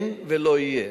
אין ולא יהיה,